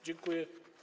Dziękuję.